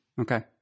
Okay